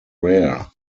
rare